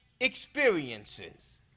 experiences